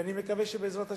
ואני מקווה שבעזרת השם,